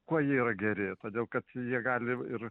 kuo jie yra geri todėl kad jie gali ir